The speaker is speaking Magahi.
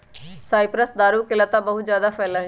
साइप्रस दारू के लता बहुत जादा फैला हई